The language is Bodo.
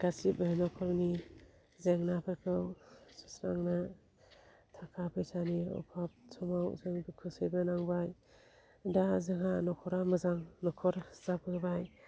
गासिबो नखरनि जेंनाफोरखौ सुस्रांना थाखा फैसानि अबाब समाव जों दुखु सैबो नांबाय दा जोंहा नखरा मोजां नखर जाबोबाय